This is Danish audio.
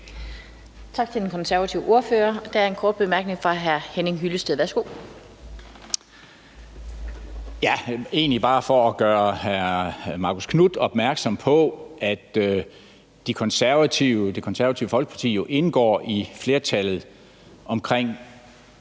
Tak til den konservative ordfører. Og der er en kort bemærkning fra hr. Henning Hyllested. Værsgo. Kl. 17:05 Henning Hyllested (EL): Det er egentlig bare for at gøre hr. Marcus Knuth opmærksom på, at Det Konservative Folkeparti jo indgår i flertallet omkring